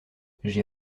j’ai